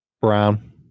Brown